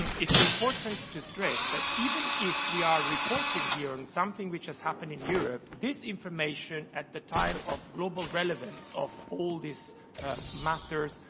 it's important to stress that even if we are reporting here on something which has happened in europe, this information, at the time of global relevance of all these matters,